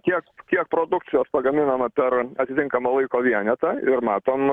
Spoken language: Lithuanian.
kiek kiek produkcijos pagaminama per atitinkamą laiko vienetą ir matom